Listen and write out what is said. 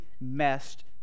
messed